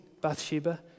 Bathsheba